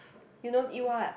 Eunos eat what